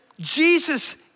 Jesus